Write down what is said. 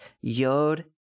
yod